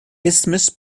isthmus